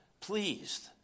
pleased